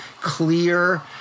clear